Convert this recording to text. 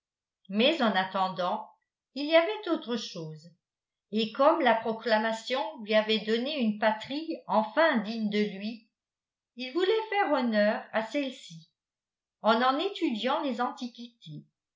mais en attendant il y avait autre chose et comme la proclamation lui avait donné une patrie enfin digne de lui il voulait faire honneur à celle-ci en en étudiant les antiquités